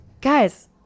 guys